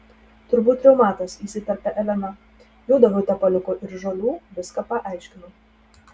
turbūt reumatas įsiterpė elena jau daviau tepaliuko ir žolių viską paaiškinau